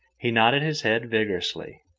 he nodded his head vigorously.